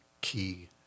key